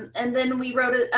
and then we wrote it.